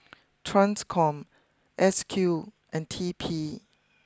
Transcom S Q and T P